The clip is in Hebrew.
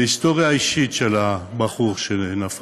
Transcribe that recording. היסטוריה אישית של הבחור שנפל,